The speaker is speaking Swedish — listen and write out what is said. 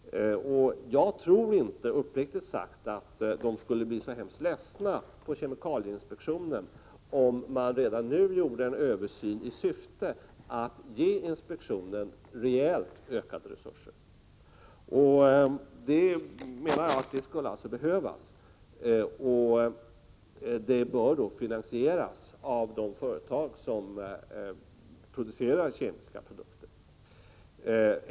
Jag tror uppriktigt sagt inte att de som arbetar på kemikalieinspektionen skulle bli så hemskt ledsna om man redan nu gjorde en översyn i syfte att ge inspektionen rejält ökade resurser. Det menar jag skulle behövas. De resurserna bör finansieras av de företag som producerar kemiska produkter.